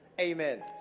Amen